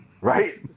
Right